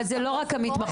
אבל זה לא רק המתמחות.